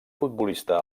futbolista